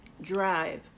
drive